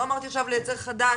לא אמרתי עכשיו לייצר חדש,